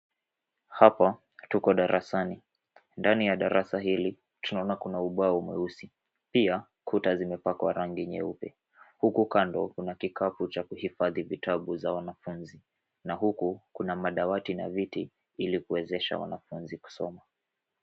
Hapa tuko darasani. Ndani ya darasa hili, tunaona kuna ubao mweusi. Pia, kuta zimepakwa rangi nyeupe. Huku kando, kuna kikapu cha kuhifadhi vitabu za wanafunzi. Na huku, kuna madawati na viti ili kuwezesha wanafunzi kusoma.